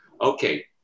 Okay